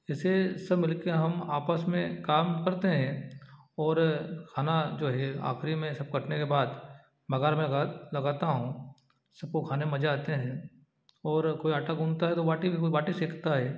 ऐसे सब मिल के हम आपस में काम करते हैं और खाना जो है आखिरी में सब कटने के बाद लगाता हूँ सबको खाने में मजा आते हैं और कोई आटा गुनता है तो बाटी भी कोई बाटी सेंकता है